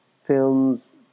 films